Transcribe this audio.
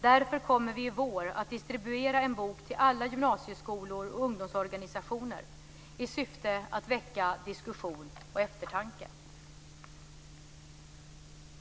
Därför kommer vi i vår att distribuera en bok till alla gymnasieskolor och ungdomsorganisationer i syfte att väcka diskussion och eftertanke.